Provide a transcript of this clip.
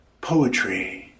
poetry